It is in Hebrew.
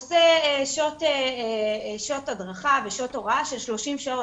עושה שעות הדרכה ושעות הוראה של 30 שעות.